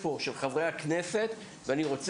אריאל שרון ובחברות הכנסת אז,